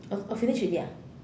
oh oh finish already ah